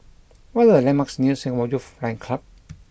what are the landmarks near Singapore Youth Flying Club